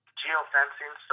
geofencing